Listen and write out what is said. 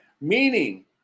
meaning